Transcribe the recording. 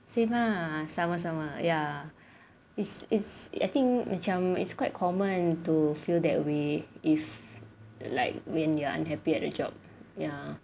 same lah sama sama ya is is I think macam it's quite common gitu to feel that way if like when you're unhappy at the job ya